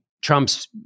Trump's